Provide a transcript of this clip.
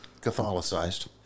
Catholicized